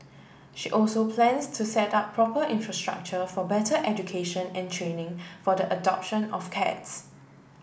she also plans to set up proper infrastructure for better education and training for the adoption of cats